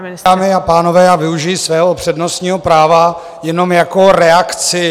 Dámy a pánové, já využiji svého přednostního práva jenom jako reakci.